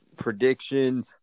prediction